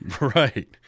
right